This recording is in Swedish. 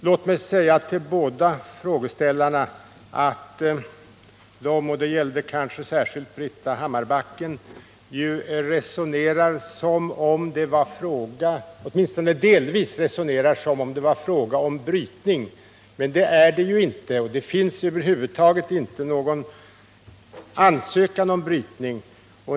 Låt mig säga till båda frågeställarna att de — och det gäller kanske särskilt Britta Hammarbacken — åtminstone delvis resonerar som om det var fråga om brytning. Men det är det ju inte — det finns över huvud taget inte någon ansökan om brytning.